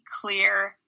clear